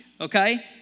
okay